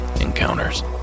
Encounters